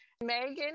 Megan